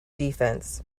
defense